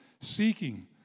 Seeking